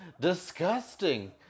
Disgusting